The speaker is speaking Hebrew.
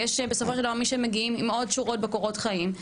ובסופו של דבר יש מי שמגיעים עם עוד שורות בקורות החיים,